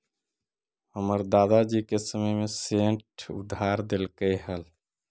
हमर दादा जी के समय में सेठ उधार देलकइ हल